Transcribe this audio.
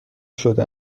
شده